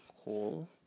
cool